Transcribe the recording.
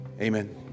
Amen